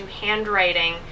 handwriting